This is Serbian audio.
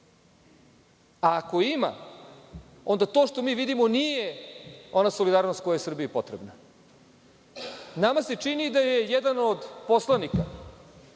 A ako je ima, onda to što mi vidimo nije ona solidarnost koja je Srbiji potrebna. Nama se čini da je jedan od poslanika